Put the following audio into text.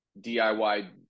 DIY